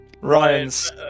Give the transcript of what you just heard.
Ryan's